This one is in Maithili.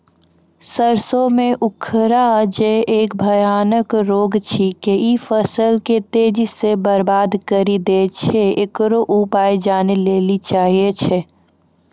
सरसों मे उखरा जे एक भयानक रोग छिकै, इ फसल के तेजी से बर्बाद करि दैय छैय, इकरो उपाय जाने लेली चाहेय छैय?